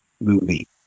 movie